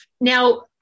Now